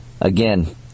again